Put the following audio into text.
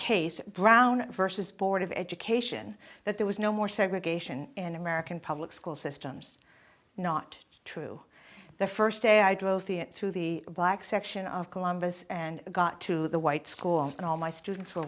case brown versus board of education that there was no more segregation in american public school systems not true the first day i drove the it through the black section of columbus and got to the white school and all my students were